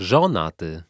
Żonaty